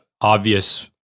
obvious